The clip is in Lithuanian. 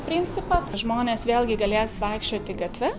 principą žmonės vėlgi galės vaikščioti gatve